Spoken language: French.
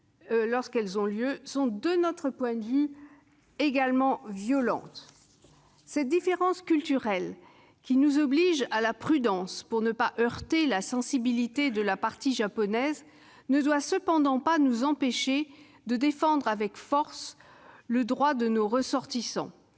lorsqu'elles ont lieu, sont, de notre point de vue, aussi violentes. Cette différence culturelle qui nous oblige à la prudence pour ne pas heurter la sensibilité de la partie japonaise, ne doit cependant pas nous empêcher de défendre avec force le droit de nos ressortissants.